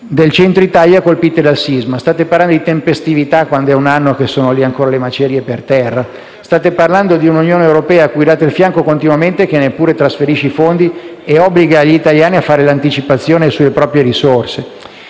del Centro Italia colpite dal sisma». State parlando di «tempestività», quando da un anno le macerie sono ancora lì per terra; state parlando di un'Unione europea, a cui date continuamente il fianco, che neppure trasferisce i fondi e obbliga gli italiani a fare l'anticipazione sulle proprie risorse!